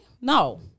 No